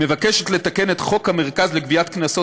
מוצע לתקן את חוק המרכז לגביית קנסות,